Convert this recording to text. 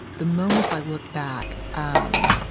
the moments i look back um